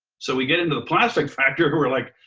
so we get into the plastic factory, and we're like,